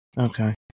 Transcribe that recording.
Okay